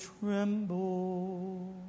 tremble